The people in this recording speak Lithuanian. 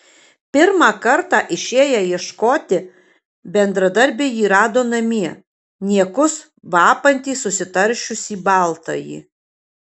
pirmą kartą išėję ieškoti bendradarbiai jį rado namie niekus vapantį susitaršiusį baltąjį